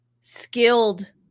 skilled